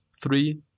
Three